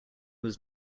was